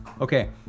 Okay